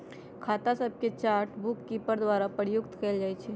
खता सभके chart bookkeeper द्वारा प्रयुक्त कएल जाइ छइ